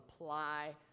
apply